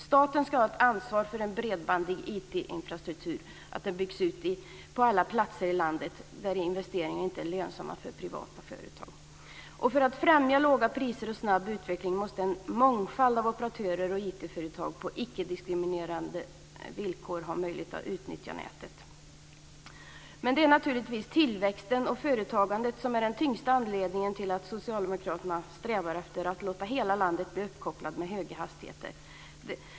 Staten ska ha ett ansvar för att en bredbandig IT infrastruktur byggs ut på alla platser i landet där investeringar inte är lönsamma för privata företag. För att främja låga priser och en snabb utveckling måste en mångfald operatörer och IT-företag på ickediskriminerande villkor ha möjlighet att utnyttja nätet. Det är naturligtvis tillväxten och företagandet som är den tyngsta anledningen till att socialdemokraterna strävar efter att låta hela landet bli uppkopplat med höga hastigheter.